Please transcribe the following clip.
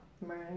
Right